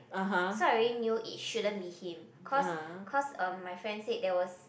so I already knew it shouldn't be him cause cause um my friend said there was